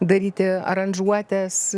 daryti aranžuotes